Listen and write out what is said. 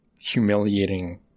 humiliating